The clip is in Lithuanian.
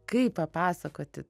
kaip papasakoti